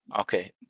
Okay